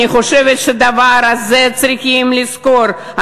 אני חושבת שאת הדבר הזה צריכים לזכור.